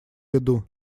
иду